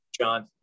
John